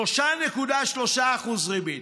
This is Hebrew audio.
3.3% ריבית.